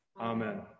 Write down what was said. Amen